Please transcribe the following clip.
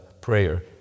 prayer